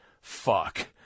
fuck